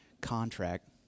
contract